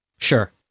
Sure